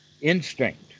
instinct